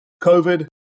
COVID